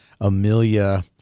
Amelia